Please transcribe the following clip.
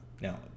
now